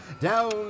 down